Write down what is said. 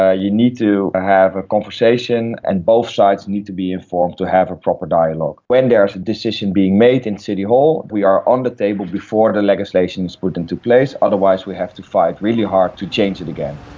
ah you need to have a conversation and both sides need to be informed to have a proper dialogue. when there is a decision being made in city hall, we are on the table before the legislation is put into place, otherwise we have to fight really hard to change it again.